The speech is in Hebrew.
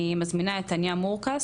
אני מזמינה את תניה מורקס,